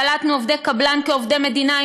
קלטנו עובדי קבלן כעובדי מדינה,